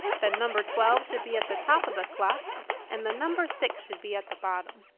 the number twelve should be at the top of the clock and the number six should be at the bottom.